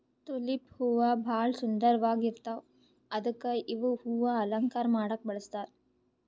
tulip ಹೂವಾ ಭಾಳ್ ಸುಂದರ್ವಾಗ್ ಇರ್ತವ್ ಅದಕ್ಕೆ ಇವ್ ಹೂವಾ ಅಲಂಕಾರ್ ಮಾಡಕ್ಕ್ ಬಳಸ್ತಾರ್